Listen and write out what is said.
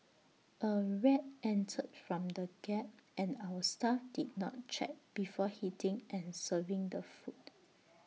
A rat entered from the gap and our staff did not check before heating and serving the food